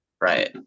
Right